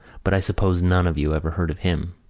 but i suppose none of you ever heard of him.